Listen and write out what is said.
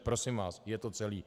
Prosím vás, je to celé.